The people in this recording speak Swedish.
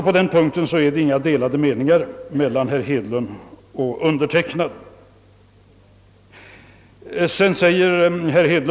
På den punkten råder alltså inga delade meningar mellan herr Hedlund och mig.